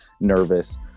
nervous